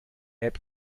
app